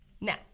Now